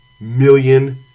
million